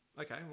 Okay